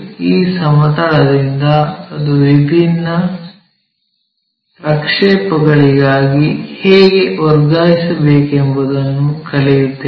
ಈ ಸಮತಲದಿಂದ ಅದನ್ನು ವಿಭಿನ್ನ ಪ್ರಕ್ಷೇಪಗಳಿಗಾಗಿ ಹೇಗೆ ವರ್ಗಾಯಿಸಬೇಕೆಂಬುದನ್ನು ಕಲಿಯುತ್ತೇವೆ